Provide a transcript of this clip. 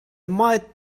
might